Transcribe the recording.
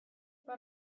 but